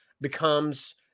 becomes